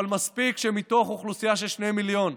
אבל מספיק שמתוך אוכלוסייה של שני מיליון,